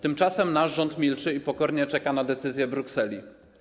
Tymczasem nasz rząd milczy i pokornie czeka na decyzje Brukseli.